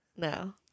No